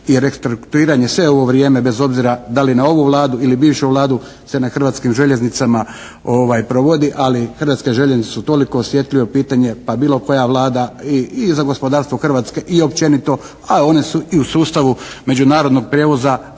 i restrukturiranje sve ovo vrijeme bez obzira da li na ovu Vladu ili bivšu Vladu se na Hrvatskim željeznicama provodi, ali Hrvatske željeznice su toliko osjetljivo pitanje pa bilo koja Vlada i za gospodarstvo Hrvatske i općenito, a one su i u sustavu međunarodnog prijevoza